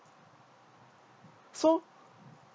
so